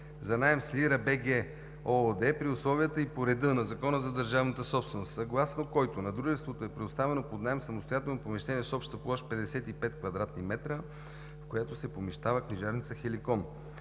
за наем с Lira.BG ООД при условията и по реда на Закона за държавната собственост, съгласно който на Дружеството е предоставено под наем самостоятелно помещение с обща площ 55 кв. м, в което се помещава книжарница „Хеликон“.